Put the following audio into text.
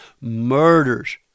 murders